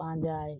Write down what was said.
ᱯᱟᱸᱡᱟᱭ